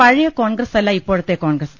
പഴയ കോൺഗ്രസല്ല ഇപ്പോഴത്തെ കോൺഗ്രസ്